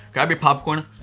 grab your popcorn.